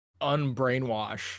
unbrainwash